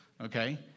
okay